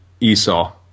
Esau